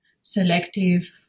selective